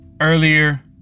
earlier